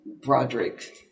Broderick